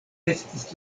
estis